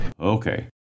Okay